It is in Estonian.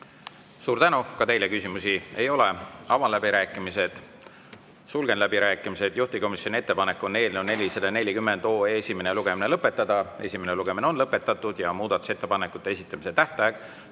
Suur tänu! Ka teile küsimusi ei ole. Avan läbirääkimised. Sulgen läbirääkimised. Juhtivkomisjoni ettepanek on eelnõu 440 esimene lugemine lõpetada. Esimene lugemine on lõpetatud. Muudatusettepanekute esitamise tähtaeg